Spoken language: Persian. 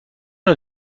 نوع